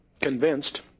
convinced